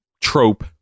trope